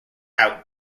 out